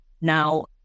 Now